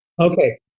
Okay